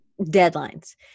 deadlines